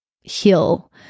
heal